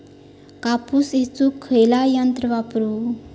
कापूस येचुक खयला यंत्र वापरू?